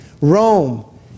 Rome